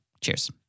Cheers